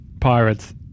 pirates